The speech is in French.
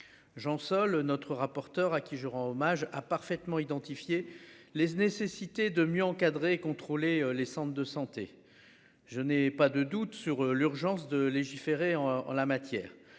Jean Sol notre rapporteur à qui je rends hommage à parfaitement identifié les nécessités de mieux encadrer et contrôler les centres de santé. Je n'ai pas de doute sur l'urgence de légiférer en la matière,